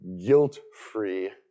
guilt-free